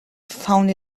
found